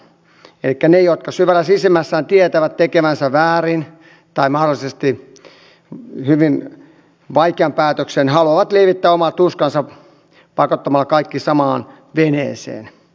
elikkä ne jotka syvällä sisimmässään tietävät tekevänsä väärin tai mahdollisesti hyvin vaikean päätöksen haluavat lievittää omaa tuskaansa pakottamalla kaikki samaan veneeseen